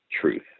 truth